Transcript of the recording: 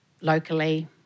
locally